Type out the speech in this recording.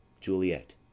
Juliet